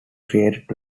created